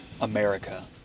America